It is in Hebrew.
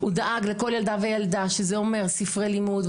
דאג לכל ילדה וילדה שזה אומר ספרי לימוד,